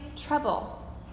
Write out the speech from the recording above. trouble